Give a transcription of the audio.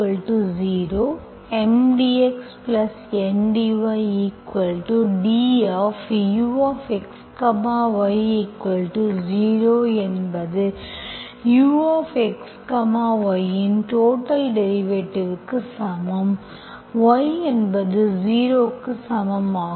M dxN dyduxy0 என்பது Uxy இன் total டெரிவேட்டிவ்க்கு சமம் y என்பது 0 க்கு சமம் ஆகும்